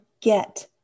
get